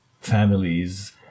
families